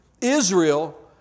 Israel